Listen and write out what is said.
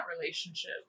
relationship